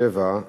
37),